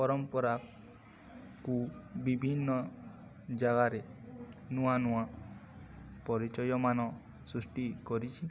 ପରମ୍ପରାକୁ ବିଭିନ୍ନ ଜାଗାରେ ନୂଆ ନୂଆ ପରିଚୟମାନ ସୃଷ୍ଟି କରିଛି